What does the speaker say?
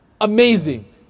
amazing